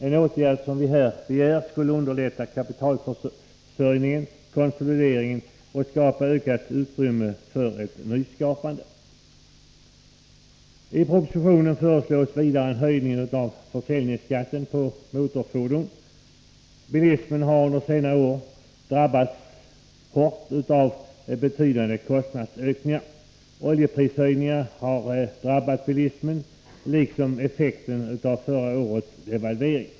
En åtgärd som vi här begär skulle underlätta kapitalförsörjningen och konsolideringen och skapa ökat utrymme för ett nyskapande. I propositionen föreslås vidare en höjning av försäljningsskatten på motorfordon. Bilismen har under senare år drabbats hårt av betydande kostnadsökningar. Oljeprishöjningarna har drabbat bilismen, liksom effekterna av förra årets devalvering.